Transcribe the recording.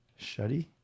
Shuddy